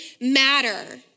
matter